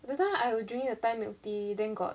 that time I was drinking the thai milk tea then got